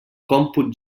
còmput